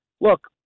look